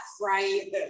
right